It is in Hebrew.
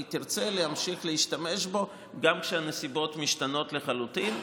והיא תרצה להמשיך להשתמש בו גם כשהנסיבות משתנות לחלוטין,